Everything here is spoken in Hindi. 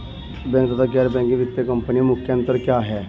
बैंक तथा गैर बैंकिंग वित्तीय कंपनियों में मुख्य अंतर क्या है?